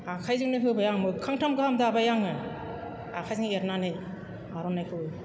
आखाइजोंनो होबाय आं मोखांथाम दाबाय आङो आखाइजों एरनानै आर'नाइखौबो